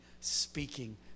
speaking